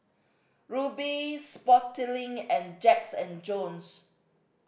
Rubi Sportslink and Jacks and Jones